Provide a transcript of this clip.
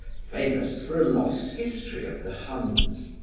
famous for a lost history of the huns.